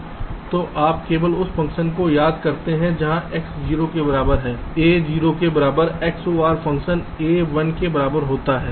तो आप केवल उस फ़ंक्शन को याद करते हैं जहां x 0 के बराबर है a 0 के बराबर XOR फ़ंक्शन जब a 1 के बराबर होता है